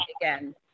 again